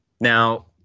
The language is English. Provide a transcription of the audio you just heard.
Now